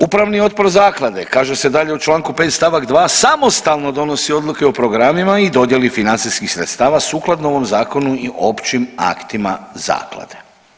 Upravni odbor zaklade kaže se dalje u čl. 5. st. 2. samostalno donosi odluke o programima i dodjeli financijskih sredstava sukladno ovom zakonu i općim aktima zaklade.